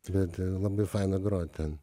bet labai faina grot ten